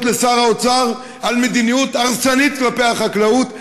ובין שר האוצר על מדיניות הרסנית כלפי החקלאות,